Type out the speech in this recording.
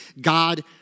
God